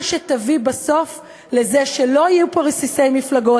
שיביא בסוף לזה שלא יהיו פה רסיסי מפלגות?